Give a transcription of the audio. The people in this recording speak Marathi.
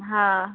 हां